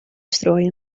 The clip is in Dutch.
strooien